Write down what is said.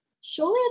surely